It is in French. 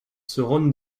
seront